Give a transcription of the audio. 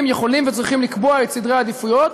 יכולים וצריכים לקבוע את סדרי העדיפויות,